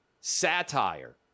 satire